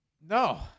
No